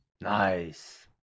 Nice